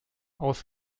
aus